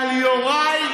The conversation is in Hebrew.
על יוראי.